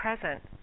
present